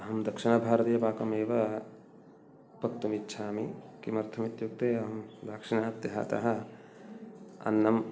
अहं दक्षिणभारतीयपाकम् एव पक्तुम् इच्छामि किमर्थम् इत्युक्ते अहं दाक्षिणात्यः अतः अन्नम्